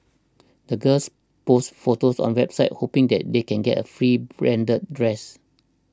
the girls posts photos on a website hoping that they can get a free branded dress